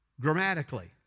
Grammatically